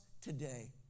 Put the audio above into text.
today